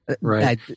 Right